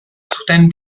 zuten